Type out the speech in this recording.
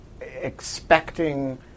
expecting